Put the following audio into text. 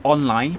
online